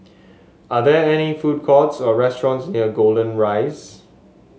are there any food courts or restaurants near Golden Rise